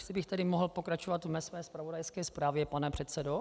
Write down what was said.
Ještě bych tedy mohl pokračovat ve své zpravodajské zprávě, pane předsedo?